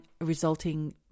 resulting